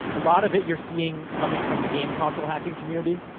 a lot of it you're seeing coming from the game console hacking community,